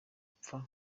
gupfa